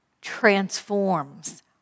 transforms